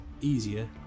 easier